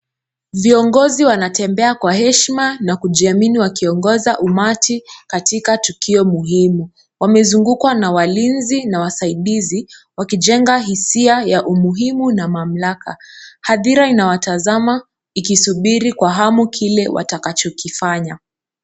Viongozi wanatembea kwa heshima na kujiamini wakiongoza umati katika tukio muhimu. Wamezungukwa na walinzi na wasaidizi wakijenga hisia ya umuhimu na mamlaka. Hadhira inawatazama ikisubiri kwa hamu kile watakachokifanya.